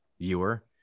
viewer